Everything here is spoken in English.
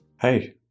Hey